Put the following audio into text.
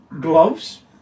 gloves